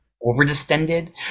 over-distended